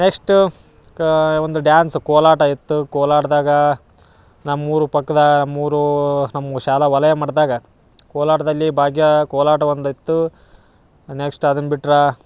next ಕಾ ಒಂದು dance Kolata ಇತ್ತು ಕೋಲಾಟ್ದಾಗಾ ನಮ್ಮೂರು ಪಕ್ದಾ ನಮ್ಮೂರೂ ನಮ್ಮೂರು ಶಾಲಾ ವಲಯ ಮಟ್ಟದಾಗ ಕೋಲಾಟದಲ್ಲಿ ಭಾಗ್ಯ ಕೋಲಾಟ ಒಂದಿತ್ತು ನೆಕ್ಸ್ಟ್ ಅದನ್ನ ಬಿಟ್ರ